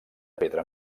pedra